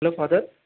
hello father